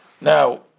Now